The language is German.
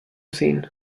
sehen